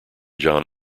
john